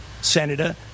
Senator